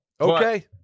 Okay